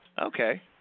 Okay